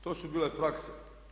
To su bile prakse.